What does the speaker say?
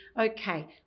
okay